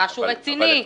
משהו רציני.